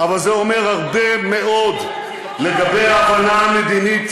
אבל זה אומר הרבה מאוד לגבי ההבנה המדינית